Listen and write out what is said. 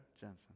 Jensen